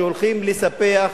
שהולכים לספח,